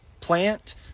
plant